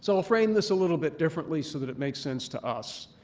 so i'll frame this a little bit differently so that it makes sense to us.